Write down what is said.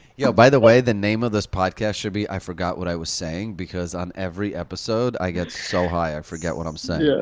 you know by the way, the name of this podcast should be i forgot what i was saying because, on every episode, i get so high, i forget what i'm saying. yeah